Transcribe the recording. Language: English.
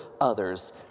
others